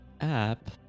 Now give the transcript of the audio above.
app